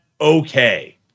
okay